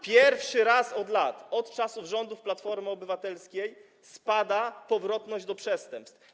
Pierwszy raz od lat, od czasów rządów Platformy Obywatelskiej spada powrotność do przestępstw.